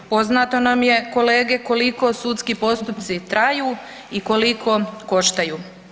Poznato nam je, kolege, koliko sudski postupci traju i koliko koštaju.